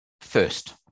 first